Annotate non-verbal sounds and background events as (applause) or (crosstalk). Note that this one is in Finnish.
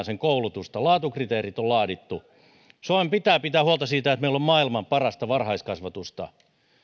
(unintelligible) sen koulutusta uudistetaan laatukriteerit on laadittu suomen pitää pitää huolta siitä että meillä on maailman parasta varhaiskasvatusta